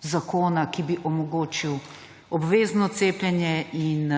zakona, ki bi omogočil obvezno cepljenje in